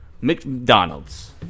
McDonald's